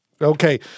Okay